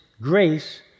grace